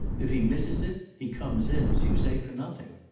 if he misses it he comes in, as you say, for nothing.